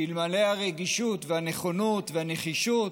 שאלמלא הרגישות והנכונות והנחישות,